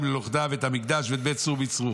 ללכדה ואת המקדש ואת בית צור ביצרו.